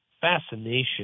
fascination